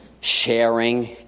sharing